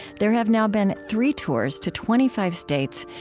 there have now been three tours to twenty five states,